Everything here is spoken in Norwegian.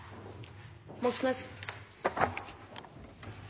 Moxnes